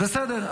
אז בסדר,